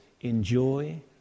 enjoy